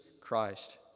Christ